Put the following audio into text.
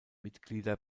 mitglieder